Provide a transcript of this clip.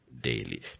daily